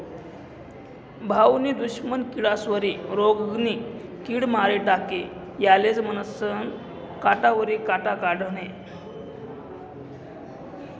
भाऊनी दुश्मन किडास्वरी रोगनी किड मारी टाकी यालेज म्हनतंस काटावरी काटा काढनं